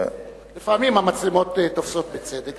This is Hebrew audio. לפעמים המצלמות תופסות בצדק,